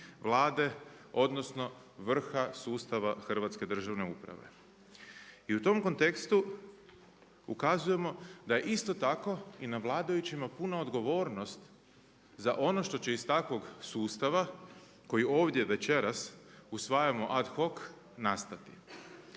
Vlade odnosno vrha sustava hrvatske državne uprave. I u tom kontekstu ukazujemo da isto tako i na vladajućima puna odgovornost za ono što će iz takvog sustava koji ovdje večeras usvajamo ad hoc nastati.